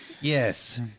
Yes